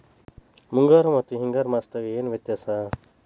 ಮುಂಗಾರು ಮತ್ತ ಹಿಂಗಾರು ಮಾಸದಾಗ ಏನ್ ವ್ಯತ್ಯಾಸ?